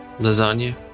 lasagna